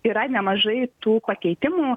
yra nemažai tų pakeitimų